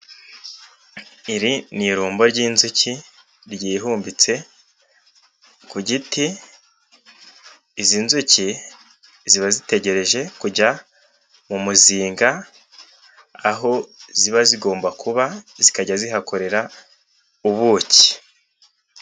Iri ni irumbo ry'inzuki ryihumbitse ku giti, izi nzuki ziba zitegereje kujya mu muzinga aho ziba zigomba kuba, zikajya zihakorera ubuki.